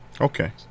okay